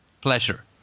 pleasure